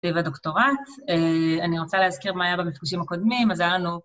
ובדוקטורט, אני רוצה להזכיר מה היה במפגשים הקודמים, אז היה לנו...